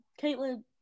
Caitlin